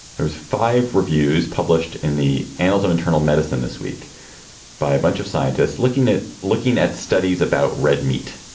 there was five reviews published in the annals of internal medicine this week by a bunch of scientists looking at looking at studies about red meat